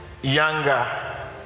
younger